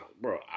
Bro